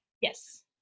Yes